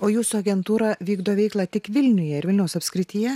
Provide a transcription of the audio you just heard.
o jūsų agentūra vykdo veiklą tik vilniuje ir vilniaus apskrityje